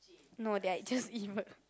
no they are just evil